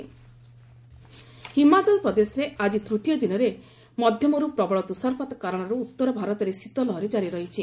cold wave ହିମାଚଳପ୍ରଦେଶରେ ଆଜି ତୂତୀୟ ଦିନରେ ମଧ୍ୟମରୁ ପ୍ରବଳ ତୁଷାରପାତ କାରଣରୁ ଉତ୍ତର ଭାରତରେ ଶୀତ ଲହରୀ ଜାରି ରହିଛି